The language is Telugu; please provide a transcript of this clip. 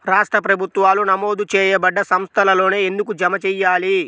రాష్ట్ర ప్రభుత్వాలు నమోదు చేయబడ్డ సంస్థలలోనే ఎందుకు జమ చెయ్యాలి?